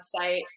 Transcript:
website